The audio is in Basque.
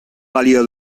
balio